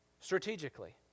strategically